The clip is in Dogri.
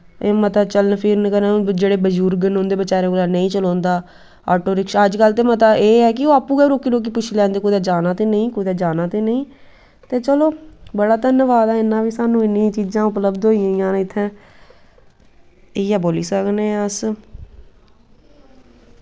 एह् मते चलन फिरन कन्नै हून जेह्ड़े बजुर्ग न उं'दे बचैरें कोला नेईं चलोंदा आटो रिक्शा अजकल्ल ते मता एह् ऐ कि ओह् आपूं गै रोकी रोकी पुच्छी लैंदे कुतै जाना ते नेईं कुतै जाना ते नेईं ते चलो बड़ा धन्नबाद ऐ इन्ना बी सानूं इन्नियां चीजां उपलब्भ होई गोइयां न सानूं इ'यै बोली सकने आं अस